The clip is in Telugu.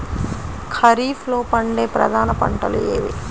ఖరీఫ్లో పండే ప్రధాన పంటలు ఏవి?